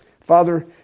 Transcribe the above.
Father